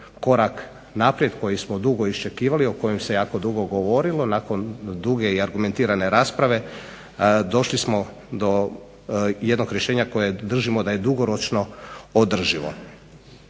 korak naprijed koji smo dugo iščekivali i o kojem se jako dugo govorilo, nakon duge i argumentirane rasprave došli smo do jednog rješenja kojeg držimo da je dugoročno održivo.